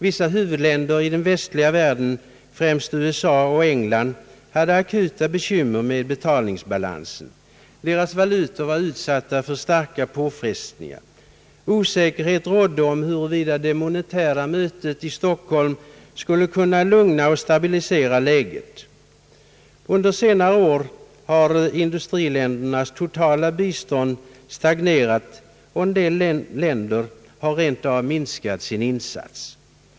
Vissa huvudländer i den västliga världen, främst USA och England, hade akuta bekymmer med sin betalningsbalans. Deras valutor var utsatta för stora påfrestningar. Osäkerhet rådde om huruvida det monetära mötet i Stockholm skulle kunna lugna och stabilisera läget. Under senare år har industriländernas totala bistånd stagnerat och en del länder har rent av minskat sin insats.